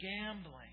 gambling